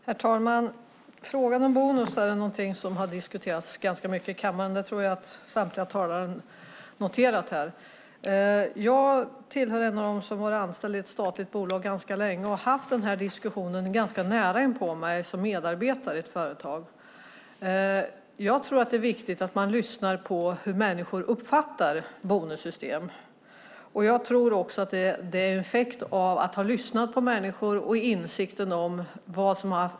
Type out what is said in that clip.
Herr talman! Frågan om bonusar har diskuterats mycket i kammaren. Det tror jag att samtliga talare har noterat. Jag har varit anställd i ett statligt bolag ganska länge och haft denna diskussion ganska nära inpå mig i egenskap av medarbetare i ett företag. Jag tror att det viktigt att man lyssnar på hur människor uppfattar bonussystem och de effekter de får.